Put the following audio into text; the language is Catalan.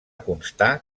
constar